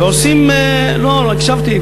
לא, הקשבתי.